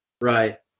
Right